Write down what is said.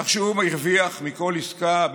כך שהוא הרוויח מכל עסקה,